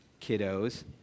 kiddos